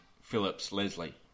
Phillips-Leslie